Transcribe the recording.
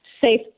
safe